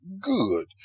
good